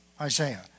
Isaiah